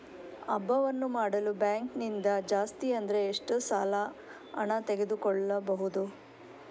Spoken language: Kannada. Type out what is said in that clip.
ಹಬ್ಬವನ್ನು ಮಾಡಲು ಬ್ಯಾಂಕ್ ನಿಂದ ಜಾಸ್ತಿ ಅಂದ್ರೆ ಎಷ್ಟು ಸಾಲ ಹಣ ತೆಗೆದುಕೊಳ್ಳಬಹುದು?